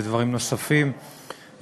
ודברים נוספים,